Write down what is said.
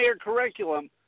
curriculum